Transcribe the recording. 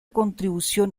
contribución